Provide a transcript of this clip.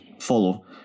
follow